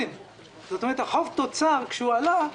כאשר החוב תוצר עלה,